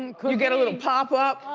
and you get a little pop-up.